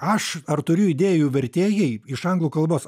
aš ar turiu idėjų vertėjai iš anglų kalbos